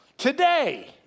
Today